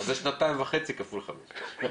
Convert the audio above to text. אז זה שנתיים וחצי כפול חמש.